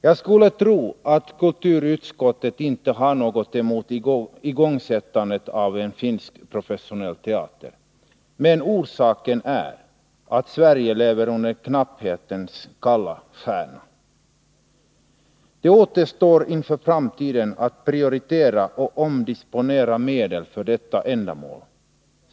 Jag skulle tro att kulturutskottet inte har något emot igångsättandet av en finsk professionell teater, men orsaken till dess avslagsyrkande är att Sverige lever under knapphetens kalla stjärna. Det återstår inför framtiden att prioritera och omdisponera medel för detta ändamål.